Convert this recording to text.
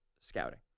scouting